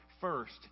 first